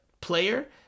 player